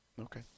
Okay